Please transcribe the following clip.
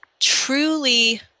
truly